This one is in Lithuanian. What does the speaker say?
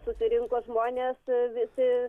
susirinko žmonės visi